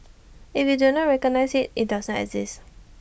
if you do not recognize IT does exist